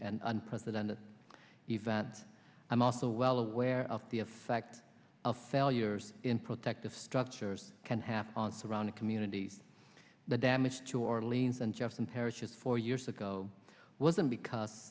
and unprecedented event i'm also well aware of the effect of failures in protective structures can have on surrounding communities the damage to orleans and just some parishes four years ago wasn't because